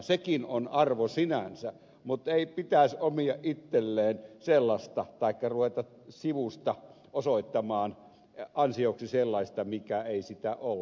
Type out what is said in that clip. sekin on arvo sinänsä mutta ei pitäisi omia itselleen sellaista taikka ruveta sivusta osoittamaan ansioksi sellaista mikä ei sitä ole